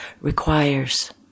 requires